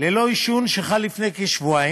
ללא עישון, שחל לפני כשבועיים,